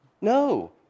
No